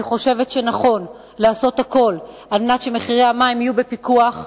אני חושבת שנכון לעשות הכול על מנת שמחירי המים יהיו בפיקוח.